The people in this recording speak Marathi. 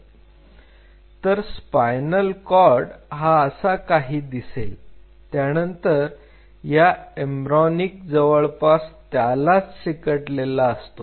तर स्पायनल कॉर्ड हा असा काही दिसेल त्यानंतर हा एम्ब्र्योनिक जवळपास त्यालाच चिकटलेला असतो